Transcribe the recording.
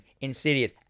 Insidious